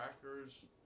Crackers